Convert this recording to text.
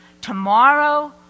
tomorrow